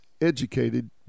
educated